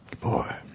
Boy